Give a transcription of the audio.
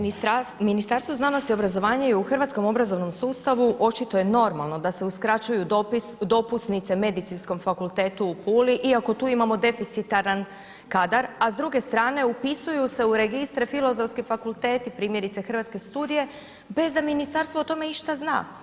U ministarstvu, Ministarstvo znanosti i obrazovanja je u hrvatskom obrazovnom sustavu očito je normalno da se uskraćuju dopusnice Medicinskom fakultetu u Puli iako tu imamo deficitaran kadar, a s druge strane upisuju se u registre Filozofski fakulteti primjerice Hrvatske studije bez da ministarstvo o tome išta zna.